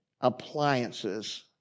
appliances